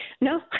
No